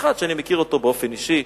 באופן אישי,